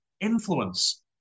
influence